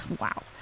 Wow